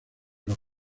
los